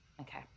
Okay